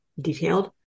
detailed